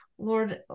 Lord